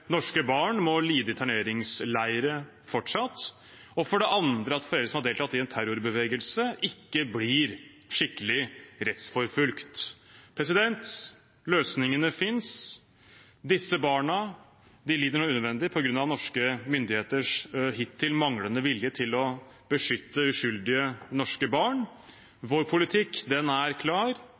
norske uskyldige barn fortsatt må lide i interneringsleirer, og for det andre at foreldre som har deltatt i en terrorbevegelse, ikke blir skikkelig rettsforfulgt. Løsningene finnes. Disse barna lider nå unødvendig på grunn av norske myndigheters hittil manglende vilje til å beskytte uskyldige norske barn. Vår politikk er klar: